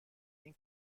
این